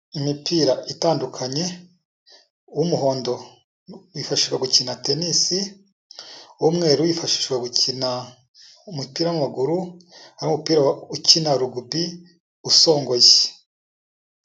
Imipira itandukanye, uw'umuhondo wifashwa gukina tenisi, uw'umweru wifashishwa gukina umupira w'amaguru, hari n'umupira ukina rugubi usongoye.